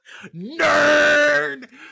Nerd